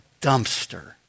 dumpster